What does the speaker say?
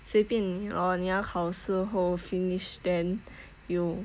随便你 lor 你要考试后 finish then you